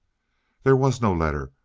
there was no letter.